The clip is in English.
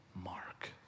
Mark